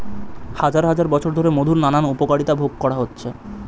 হাজার হাজার বছর ধরে মধুর নানান উপকারিতা ভোগ করা হচ্ছে